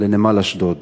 לנמל אשדוד,